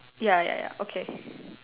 ya ya ya okay